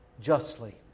justly